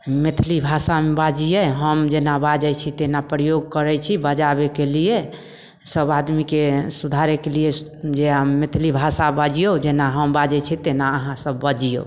मैथिली भाषामे बाजियै हम जेना बाजय छी तेना प्रयोग करय छी बजाबयके लिए सभ आदमीके सुधारयके लिए जे मैथिली भाषा बजियौ जेना हम बाजय छियै तेना अहाँ सभ बजियौ